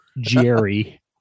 Jerry